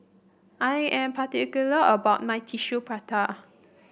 I am particular about my Tissue Prata